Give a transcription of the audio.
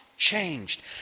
Changed